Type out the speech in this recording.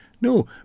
no